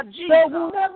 Jesus